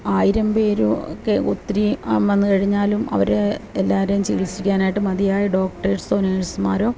ആയിരം പേരും ഒക്കെ ഒത്തിരി ആ വന്നുകഴിഞ്ഞാലും അവരെ എല്ലാവരേയും ചികിൽസിക്കാനായിട്ട് മതിയായ ഡോക്ടേഴ്സോ നേഴ്സുമാരോ